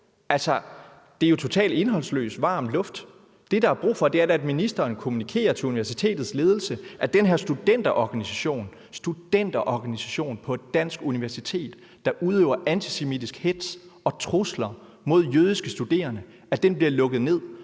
det er jo totalt indholdsløs varm luft. Det, der er brug for, er da, at ministeren kommunikerer til universitetets ledelse, at den her studenterorganisation – studenterorganisation – på et dansk universitet, der udøver antisemitisk hetz og trusler mod jødiske studerende, bliver lukket ned,